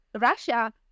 Russia